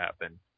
happen